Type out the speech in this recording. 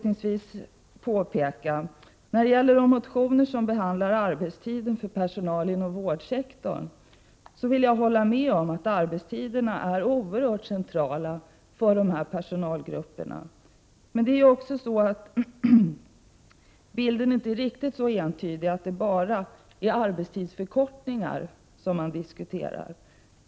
När det gäller de motioner där arbetstiden för personal inom vårdsektorn behandlas, vill jag hålla med om att arbetstiderna är oerhört centrala för dessa personalgrupper. Men bilden är inte riktigt så entydig att det bara är arbetstidsförkortningar som diskuteras.